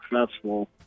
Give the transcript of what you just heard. successful